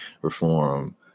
reform